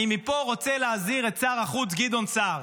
אני מפה רוצה להזהיר את שר החוץ גדעון סער.